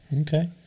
Okay